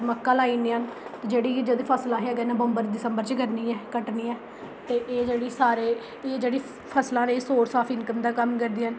मक्कां लाई नियां न जेह्दी जेह्दी फसल असें नवंबर दिसम्बर च करनी ऐ कट्टनी ऐ ते एह् जेह्ड़ी सारे एह् जेह्ड़ियां फसलां न सोर्स आफ इनकम दा कम्म करदियां न